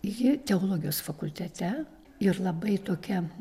ji teologijos fakultete ir labai tokia